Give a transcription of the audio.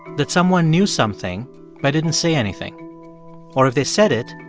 that someone knew something but didn't say anything or if they said it,